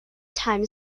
time